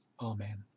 Amen